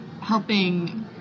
helping